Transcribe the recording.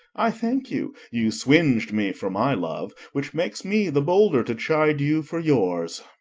i thank you, you swing'd me for my love, which makes me the bolder to chide you for yours.